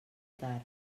tard